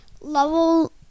level